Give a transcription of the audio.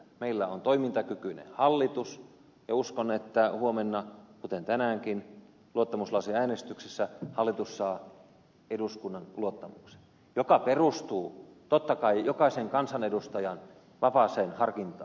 meillä on toimintakykyinen hallitus ja uskon että huomenna kuten tänäänkin luottamuslauseäänestyksessä hallitus saa eduskunnan luottamuksen joka perustuu totta kai jokaisen kansanedustajan vapaaseen harkintaan